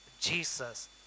Jesus